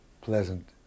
pleasant